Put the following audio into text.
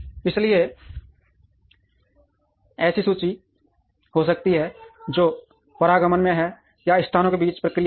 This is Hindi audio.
इसलिए ऐसी सूची हो सकती है जो पारगमन में है या स्थानों के बीच प्रक्रिया में भी है